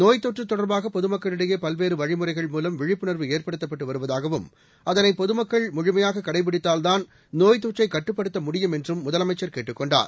நோய் தொற்று தொடர்பாக பொதுமக்களிடையே பல்வேறு வழிமுறைகள் மூலம் விழிப்புணர்வு ஏற்படுத்தப்பட்டு வருவதாகவும் அதனை பொதுமக்கள் முழுமையாக கடைபிடித்தால்தான் நோய் தொற்றை கட்டுப்படுத்த முடியும் என்றும் முதலமைச்சர் கேட்டுக் கொண்டார்